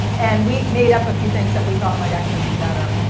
and we made up a few things that we thought might actually be better.